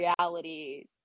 reality